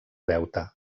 deute